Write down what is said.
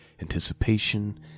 anticipation